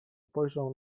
spojrzał